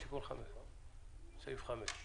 הצבעה בעד, פה אחד הסעיף אושר.